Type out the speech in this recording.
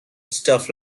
stuff